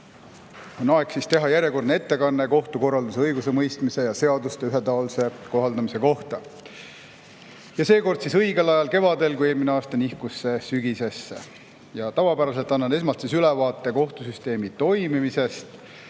On aeg teha järjekordne ettekanne kohtukorralduse, õigusemõistmise ja seaduste ühetaolise kohaldamise kohta. Ja seekord siis õigel ajal, kevadel – eelmine aasta nihkus see sügisesse. Nagu tavapärane, annan esmalt ülevaate kohtusüsteemi toimimisest,